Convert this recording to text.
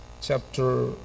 chapter